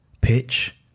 pitch